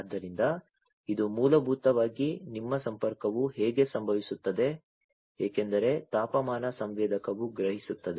ಆದ್ದರಿಂದ ಇದು ಮೂಲಭೂತವಾಗಿ ನಿಮ್ಮ ಸಂಪರ್ಕವು ಹೇಗೆ ಸಂಭವಿಸುತ್ತದೆ ಏಕೆಂದರೆ ತಾಪಮಾನ ಸಂವೇದಕವು ಗ್ರಹಿಸುತ್ತದೆ